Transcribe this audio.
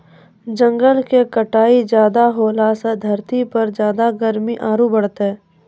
जंगल के कटाई ज्यादा होलॅ सॅ धरती पर ज्यादा गर्मी आरो बढ़तै